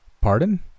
Pardon